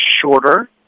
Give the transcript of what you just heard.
shorter